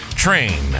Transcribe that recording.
Train